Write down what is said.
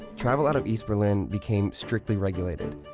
travel out of east berlin became strictly regulated.